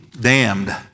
damned